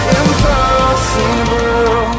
impossible